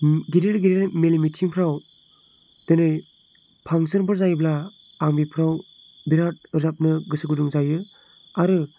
गिदिर गिदिर मेल मिथिंफोराव दिनै फांस'नफोर जायोब्ला आं बेफोराव बिराद रोजाबनो गोसो गुदुं जायो आरो